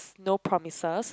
no promises